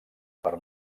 per